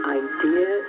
idea